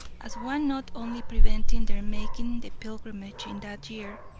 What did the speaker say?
as one not only preventing their making the pilgrimage in that year,